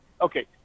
Okay